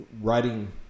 writing